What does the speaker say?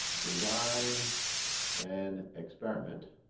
design an experiment.